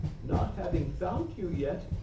not having found you yet,